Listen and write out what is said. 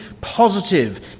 positive